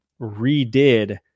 redid